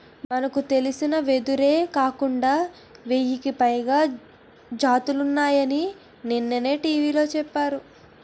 మనకు తెలిసిన వెదురే కాకుండా వెయ్యికి పైగా జాతులున్నాయని నిన్ననే టీ.వి లో చెప్పారు